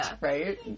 right